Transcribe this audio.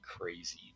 crazy